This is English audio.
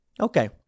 Okay